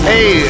Hey